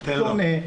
שונה,